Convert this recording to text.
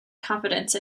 confidence